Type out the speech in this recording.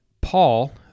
Paul